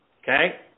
Okay